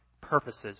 purposes